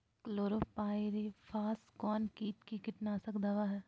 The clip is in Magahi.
क्लोरोपाइरीफास कौन किट का कीटनाशक दवा है?